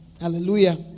Hallelujah